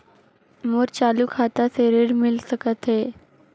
मोर चालू खाता से ऋण मिल सकथे?